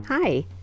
Hi